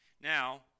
Now